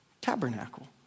tabernacle